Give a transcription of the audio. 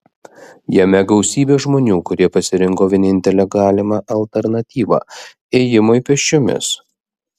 jame gausybė žmonių kurie pasirinko vienintelę galimą alternatyvą ėjimui pėsčiomis